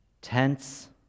Tense